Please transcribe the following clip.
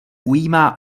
ujímá